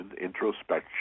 introspection